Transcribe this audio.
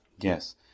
Yes